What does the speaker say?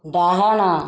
ଡାହାଣ